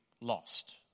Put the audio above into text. lost